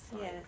Yes